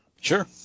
Sure